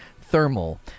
thermal